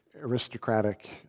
aristocratic